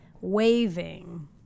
waving